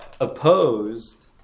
opposed